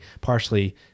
partially